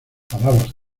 palabras